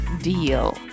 deal